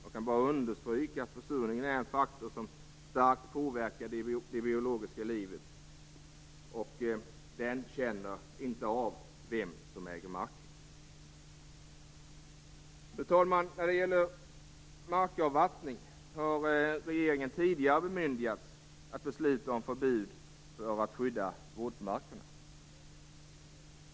Jag kan bara understryka att försurningen är en faktor som starkt påverkar det biologiska livet, och den känner inte av vem som äger marken. Fru talman! När det gäller markavvattning har regeringen redan tidigare bemyndigats att besluta om förbud så att våtmarkerna skyddas.